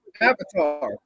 Avatar